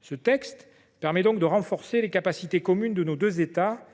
Ce texte permet donc de renforcer les capacités communes de nos deux États